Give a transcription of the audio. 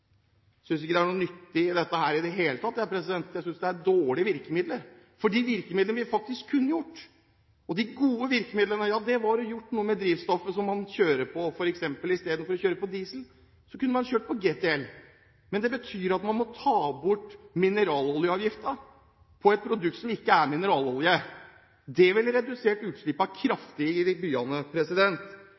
i det hele tatt, jeg. Jeg synes det er dårlige virkemidler, for det vi faktisk kunne gjort – de gode virkemidlene – var å gjøre noe med drivstoffet man kjører på, at man f.eks. i stedet for å kjøre på diesel kunne kjørt på GTL. Det betyr at man må ta bort mineraloljeavgiften på et produkt som ikke er mineralolje. Det ville redusert utslippene kraftig i byene. Eller kanskje man burde sørget for at folk kjøpte de